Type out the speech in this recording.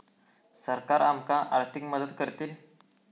सरकार आमका आर्थिक मदत करतली?